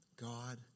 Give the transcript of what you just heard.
God